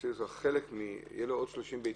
שיהיו לו עוד 30 ביצים?